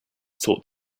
thought